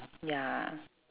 ya